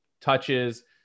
touches